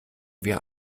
wir